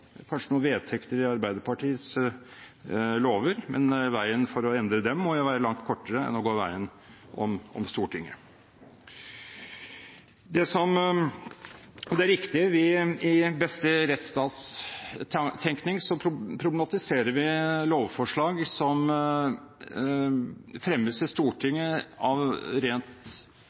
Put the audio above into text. kanskje noen vedtekter i Arbeiderpartiets lover, men veien til å endre dem må jo være langt kortere enn å gå veien om Stortinget. Det er riktig at vi i beste rettsstatstenkning problematiserer lovforslag som fremmes i